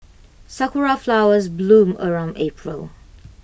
Sakura Flowers bloom around April